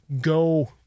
Go